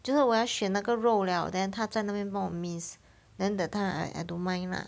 就是我要选那个肉 liao then 他在那边帮我 mince then that time I don't mind lah